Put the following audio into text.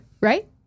right